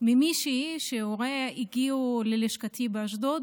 ממישהי שהוריה הגיעו ללשכתי באשדוד